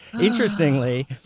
interestingly